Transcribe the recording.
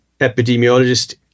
epidemiologist